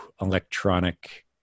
electronic